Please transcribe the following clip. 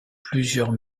plusieurs